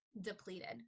depleted